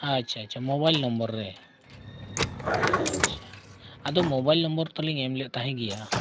ᱟᱪᱪᱷᱟ ᱟᱪᱪᱷᱟ ᱨᱮ ᱟᱪᱪᱷᱟ ᱟᱫᱚ ᱛᱳᱞᱤᱧ ᱮᱢ ᱞᱮᱫ ᱛᱟᱦᱮᱱ ᱜᱮᱭᱟ